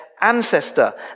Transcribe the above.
ancestor